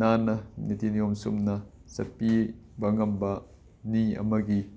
ꯅꯥꯟꯅ ꯅꯤꯇꯤ ꯅꯤꯌꯣꯝ ꯆꯨꯝꯅ ꯆꯠꯄꯤꯕ ꯉꯝꯕ ꯃꯤ ꯑꯃꯒꯤ